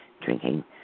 drinking